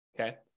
okay